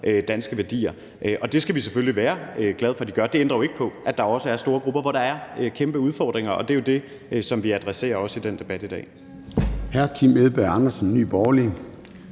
danske værdier. Og det skal vi selvfølgelig være glade for at de gør. Det ændrer jo ikke på, at der også er store grupper, hvor der er kæmpe udfordringer, og det er jo det, som vi også adresserer i den debat i dag. Kl. 11:09 Formanden (Søren